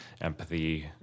empathy